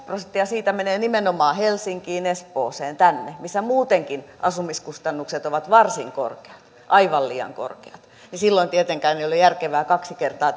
prosenttia siitä menee nimenomaan helsinkiin espooseen tänne missä muutenkin asumiskustannukset ovat varsin korkeat aivan liian korkeat ja silloin tietenkään ei ole järkevää kaksi kertaa